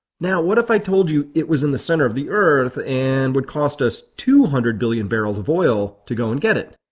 now what if i told you it was in the center of the earth and would cost us two hundred billion barrels of oil to go and get it?